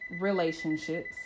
relationships